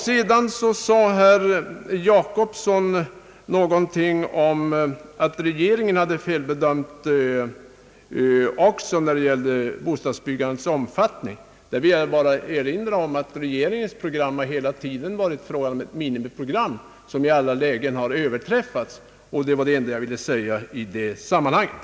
Herr Per Jacobsson sade någonting om att regeringen också hade felbedömt bostadsbyggandets omfattning. Jag vill erinra om att regeringens program hela tiden har varit ett minimiprogram som i alla lägen överträffats. Detta var det enda jag ville säga i det sammanhanget.